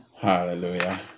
Hallelujah